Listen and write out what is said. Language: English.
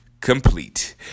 complete